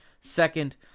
second